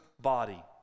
body